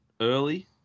early